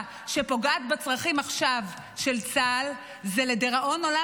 שפוגעת עכשיו בצרכים של צה"ל זה לדיראון עולם,